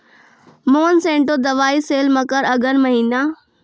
Monsanto दवाई sale मकर अघन महीना,